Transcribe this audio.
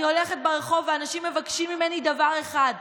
אני הולכת ברחוב ואנשים מבקשים ממני דבר אחד: